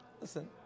Listen